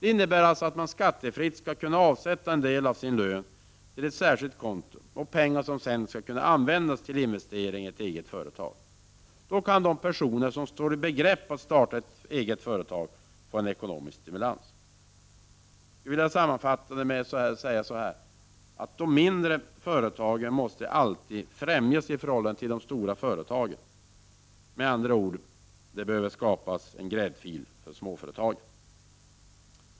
Det innebär att man skattefritt skall kunna avsätta en del av sin lön till ett särskild konto, pengar som sedan kan användas till investeringar i ett eget företag. De personer som står i begrepp att starta ett eget företag kan då få en ekonomisk stimulans. Jag vill sammanfattningsvis säga följande. De mindre företagen måste alltid främjas i förhållande till de stora företagen. Det behövs med andra ord skapas en gräddfil för småföretagen.